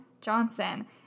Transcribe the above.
Johnson